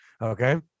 Okay